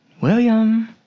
William